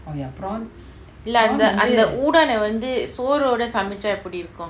இல்ல அந்த அந்த:illa antha antha udane ah வந்து சோரோட சமச்சா எப்டி இருக்கு:vanthu soroda samacha epdi iruku